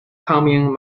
coming